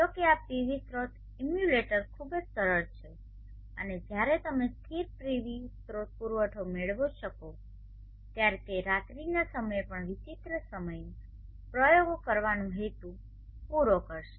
જો કે આ પીવી સ્રોત ઇમ્યુલેટર ખૂબ જ સરળ છે અને જ્યારે તમે સ્થિર પીવી સ્રોત પુરવઠો મેળવી શકો ત્યારે તે રાત્રિના સમયે પણ વિચિત્ર સમયે પ્રયોગો કરવાનો હેતુ પૂરો કરશે